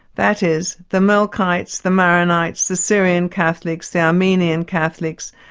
that is the melkites, the maronites, the syrian catholics, the armenian catholics,